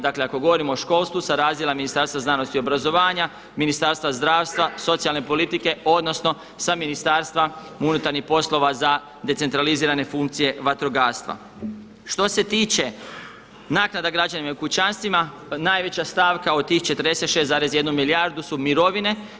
Dakle ako govorimo o školstvu sa razdjela Ministarstva znanosti i obrazovanja, Ministarstva zdravstva, socijalne politike, odnosno sa Ministarstva unutranjih poslova za decentralizirane funkcije vatrogastva. što se tiče naknada građanima i u kućanstvima najveća stavka od tih 46,1 milijardu su mirovine.